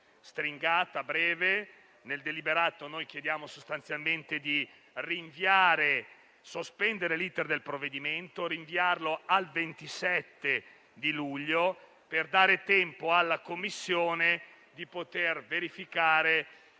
stringata e breve. Nel deliberato chiediamo sostanzialmente di sospendere l'*iter* del provvedimento e di rinviarlo al 27 luglio, per dare tempo alla Commissione di verificare